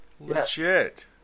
legit